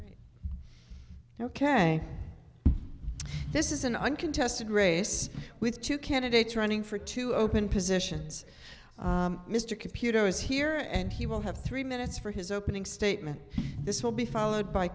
tonight ok ok this is an uncontested race with two candidates running for two open positions mr computer is here and he will have three minutes for his opening statement this will be followed by